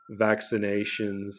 vaccinations